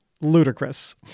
ludicrous